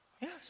Yes